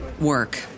work